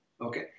Okay